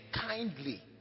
kindly